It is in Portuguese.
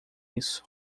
isso